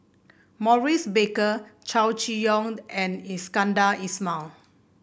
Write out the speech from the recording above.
Maurice Baker Chow Chee Yong and Iskandar Ismail